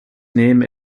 name